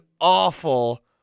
awful